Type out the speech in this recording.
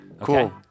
Cool